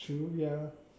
true ya